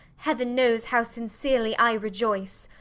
heaven knows how sincerely i rejoice!